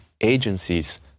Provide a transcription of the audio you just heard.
agencies